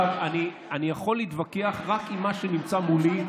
אני יכול להתווכח רק עם מה שנמצא מולי,